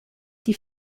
die